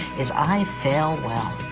is i fail well.